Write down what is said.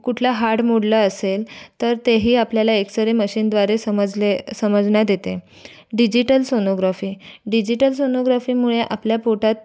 कुठलं हाड मोडलं असेल तर तेही आपल्याला एक्सरे मशिनद्वारे समजले समजण्यात येते डिजिटल सोनोग्राफी डिजिटल सोनोग्राफीमुळे आपल्या पोटात